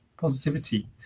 positivity